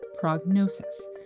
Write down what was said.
Prognosis